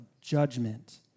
judgment